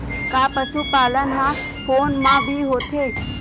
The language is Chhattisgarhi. का पशुपालन ह फोन म भी होथे?